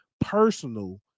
personal